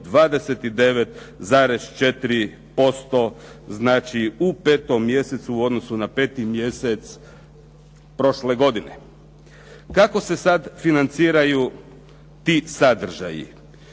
29,4%, znači u 5. mjesecu u odnosu na 5. mjesec prošle godine. Kako se sad financiraju ti sadržaji?